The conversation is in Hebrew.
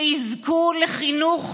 שיזכו לחינוך